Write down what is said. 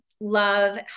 love